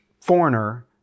foreigner